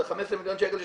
אז ה-15 מיליון שקל הם